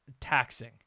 taxing